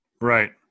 Right